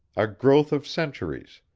a growth of centuries,